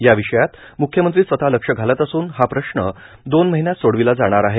या विषयात म्ख्यमंत्री स्वत लक्ष घालत असून हा प्रश्न दोन महिन्यात सोडविला जाणार आहे